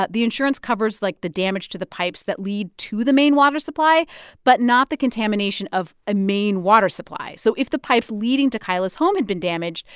the insurance covers, like, the damage to the pipes that lead to the main water supply but not the contamination of a main water supply. so if the pipes leading to kyla's home had been damaged,